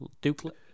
Duke